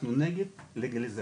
אנחנו נגד לגליזציה,